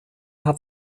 hat